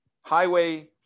highway